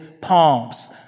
palms